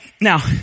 Now